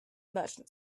merchant